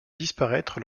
disparaître